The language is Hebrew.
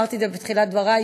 אמרתי את זה בתחילת דברי,